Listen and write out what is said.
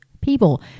people